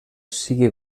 sigui